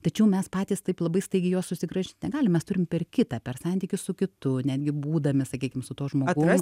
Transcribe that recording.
tačiau mes patys taip labai staigiai jo susigrąžint negalim mes turim per kitą per santykį su kitu netgi būdami sakykim su tuo žmogum